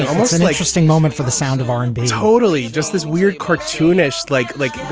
what's interesting moment for the sound of r and b. totally. just this weird cartoonish like. like